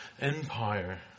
Empire